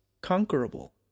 conquerable